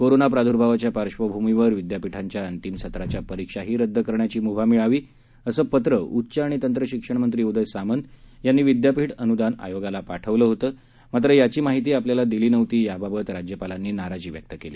corona प्रादुर्भावाच्या पार्श्वभूमीवर विदयापीठांच्या अंतिम सत्राच्या परीक्षाही रद्द करण्याची मुभा मिळावी असं पत्र उच्च आणि तंत्र शिक्षण मंत्री उदय सामंत यांनी विदयापीठ अनूदान आयोगाला पाठवलं होतं मात्र याची माहीती आपल्याला दिली नव्हती याबाबत राज्यपालांनी नाराजी व्यक्त केली